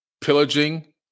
pillaging